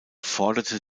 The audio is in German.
forderte